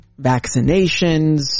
vaccinations